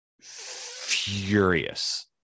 furious